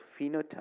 phenotype